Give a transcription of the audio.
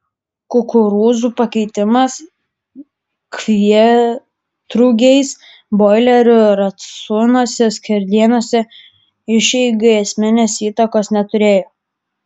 kukurūzų pakeitimas kvietrugiais broilerių racionuose skerdienos išeigai esminės įtakos neturėjo